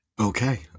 Okay